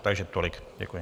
Takže tolik, děkuji.